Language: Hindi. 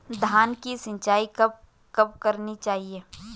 धान की सिंचाईं कब कब करनी चाहिये?